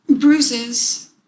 Bruises